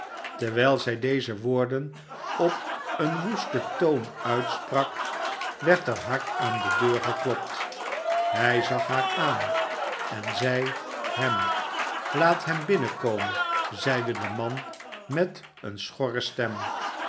terwijl zij deze woorden op een woesten toon uitsprak werd er hard aan de deur geklopt hij zag haar aan en zij hem slaat hem binnenkomen zeide de man met eene schorre stem